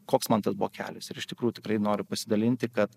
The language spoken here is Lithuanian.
koks man tas buvo kelias ir iš tikrų tikrai noriu pasidalinti kad